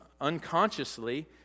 unconsciously